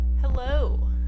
Hello